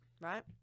Right